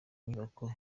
nyubako